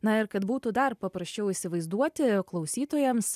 na ir kad būtų dar paprasčiau įsivaizduoti klausytojams